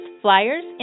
flyers